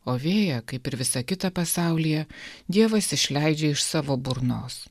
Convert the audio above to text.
o vėją kaip ir visa kita pasaulyje dievas išleidžia iš savo burnos